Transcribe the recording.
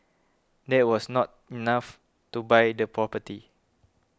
that was not enough to buy the property